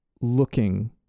looking